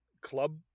club